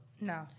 No